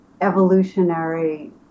evolutionary